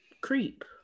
creep